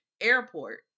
airport